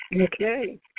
Okay